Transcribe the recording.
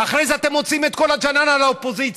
אחרי זה אתם מוציאים את כל הג'ננה על האופוזיציה,